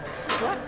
what